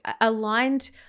aligned